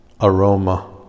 aroma